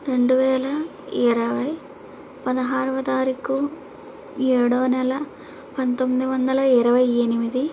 రెండు వేల ఇరవై పదహారవ తారీఖు ఏడో నెల పంతొమ్మిది వందల ఇరవై ఎనిమిది